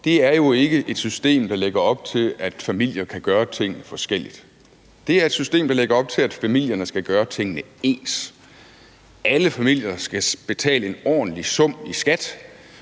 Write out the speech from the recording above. – bare ikke et system, der lægger op til, at familier kan gøre ting forskelligt. Det er et system, der lægger op til, at familierne skal gøre tingene ens. Alle familier skal betale en ordentlig sum i skat,